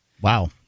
Wow